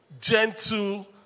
gentle